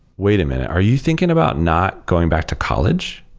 wait a minute. are you thinking about not going back to college?